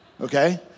Okay